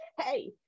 hey